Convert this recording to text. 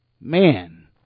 Man